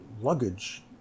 luggage